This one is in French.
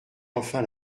enfin